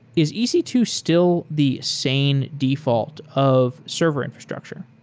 is e c two still the same default of server infrastructure?